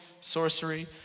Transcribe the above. sorcery